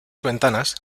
ventanas